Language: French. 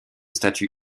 statue